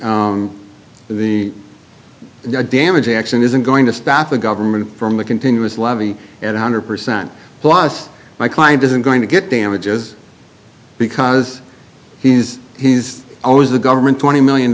the damage action isn't going to stop the government from the continuous levee and one hundred percent loss my client isn't going to get damages because he's he's always the government twenty million